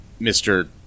Mr